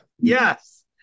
Yes